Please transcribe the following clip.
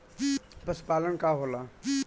पशुपलन का होला?